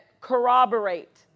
corroborate